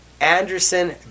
Anderson